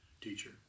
teacher